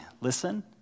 listen